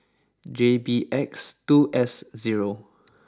J B X two S zero